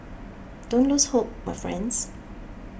don't lose hope my friends